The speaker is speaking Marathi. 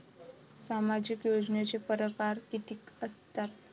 सामाजिक योजनेचे परकार कितीक असतात?